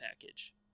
package